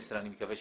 ה-13.11.2018.